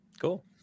Cool